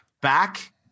back